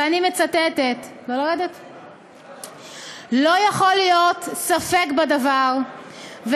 ואני מצטטת: "לא יכול להיות ספק בדבר,